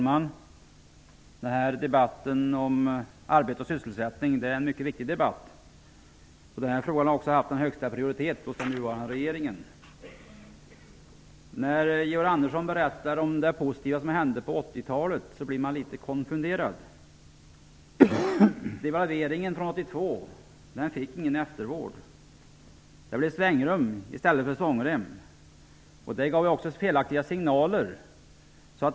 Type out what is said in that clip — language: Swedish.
Herr talman! Debatten om arbete och sysselsättning är viktig. Denna fråga har haft högsta prioritet hos den nuvarande regeringen. Georg Andersson berättade om det positiva som hände på 80-talet. Då blev jag litet konfunderad. Devalveringen 1982 fick inte någon eftervård. Det blev svängrum i stället för svångrem. Det gav felaktiga signaler.